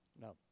No